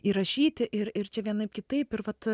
įrašyti ir ir čia vienaip kitaip ir vat